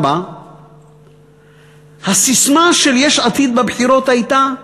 4. הססמה של יש עתיד בבחירות הייתה,